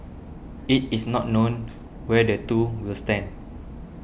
it is not known where the two will stand